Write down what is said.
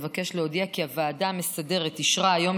אבקש להודיע כי הוועדה המסדרת אישרה היום